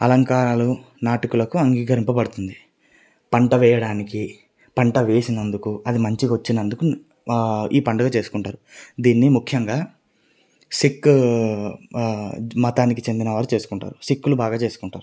అలంకారాలు నాటకులకు అంగీకరింపబడుతుంది పంట వేయడానికి పంట వేసినందుకు అది మంచిగా వచ్చినందుకు ఈ పండుగ చేసుకుంటారు దీన్ని ముఖ్యంగా సిక్కు మతానికి చెందినవారు చేసుకుంటారు సిక్కులు బాగా చేసుకుంటారు